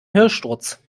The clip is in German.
hörsturz